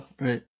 right